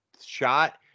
shot